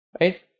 right